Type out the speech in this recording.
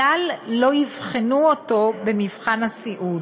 כלל לא יבחנו אותו במבחן הסיעוד,